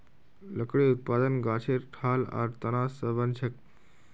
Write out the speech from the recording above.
लकड़ी उत्पादन गाछेर ठाल आर तना स बनछेक